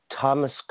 Thomas